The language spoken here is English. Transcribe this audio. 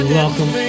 welcome